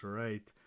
right